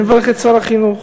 אני מברך את שר החינוך.